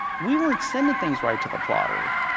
we weren't sending things right to the plotter.